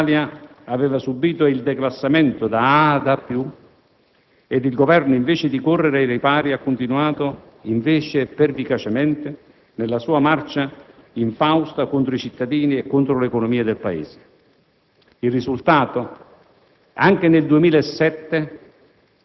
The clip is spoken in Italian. Mi piace precisare altresì che già ad ottobre l'Italia aveva subito il declassamento da AA ad A+ e il Governo, invece di correre ai ripari, ha continuato pervicacemente nella sua marcia infausta contro i cittadini e contro l'economia del Paese.